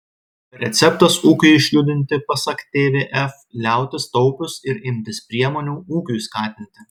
receptas ūkiui išjudinti pasak tvf liautis taupius ir imtis priemonių ūkiui skatinti